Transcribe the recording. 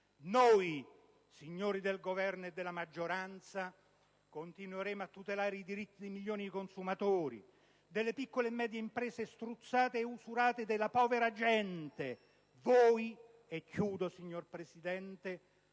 Noi, signori del Governo e della maggioranza, continueremo a tutelare i diritti di milioni di consumatori, delle piccole e medie imprese strozzate e usurate e della povera gente. Voi continuate